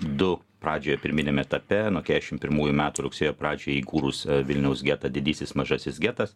du pradžioje pirminiam etape nuo kiešim pirmųjų metų rugsėjo pradžioje įkūrus vilniaus getą didysis mažasis getas